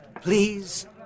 please